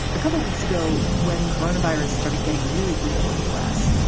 a couple weeks ago, when coronavirus started getting really real in the u s,